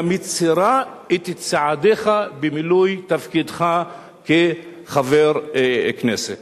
אלא מצרה את צעדיך במילוי תפקידך כחבר הכנסת,